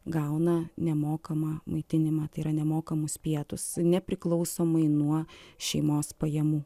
gauna nemokamą maitinimą tai yra nemokamus pietus nepriklausomai nuo šeimos pajamų